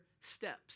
steps